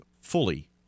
fully